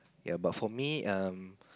ya but for me um